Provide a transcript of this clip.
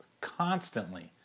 constantly